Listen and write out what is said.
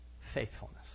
faithfulness